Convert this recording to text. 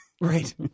Right